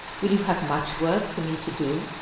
will you have much work for me to do?